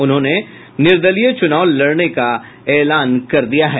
उन्होंने निर्दलीय चुनाव लड़ने का ऐलान कर दिया है